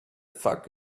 fuck